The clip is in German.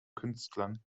künstlern